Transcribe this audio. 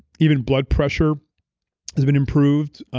even blood pressure has been improved.